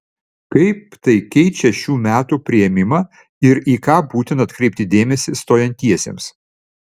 kaip tai keičią šių metų priėmimą ir į ką būtina atkreipti dėmesį stojantiesiems